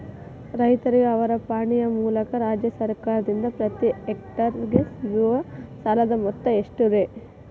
ರೈತರಿಗೆ ಅವರ ಪಾಣಿಯ ಮೂಲಕ ರಾಜ್ಯ ಸರ್ಕಾರದಿಂದ ಪ್ರತಿ ಹೆಕ್ಟರ್ ಗೆ ಸಿಗುವ ಸಾಲದ ಮೊತ್ತ ಎಷ್ಟು ರೇ?